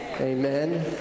Amen